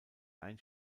ein